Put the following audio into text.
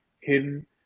hidden